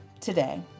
today